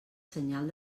senyal